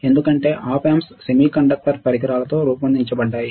ఎందుకంటే op amps semiconductor పరికరాలతో రూపొందించబడ్డాయి